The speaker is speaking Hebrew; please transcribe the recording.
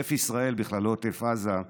עוטף ישראל בכלל, לא עוטף עזה.